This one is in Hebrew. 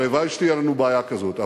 הלוואי שתהיה לנו בעיה כזאת.